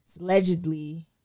allegedly